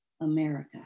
America